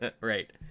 Right